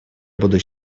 буду